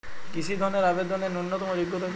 কৃষি ধনের আবেদনের ন্যূনতম যোগ্যতা কী?